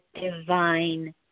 divine